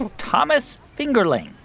and thomas fingerling?